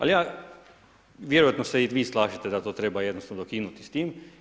Ali ja, vjerojatno se i vi slažete da to treba jednostavno ukinuti s tim.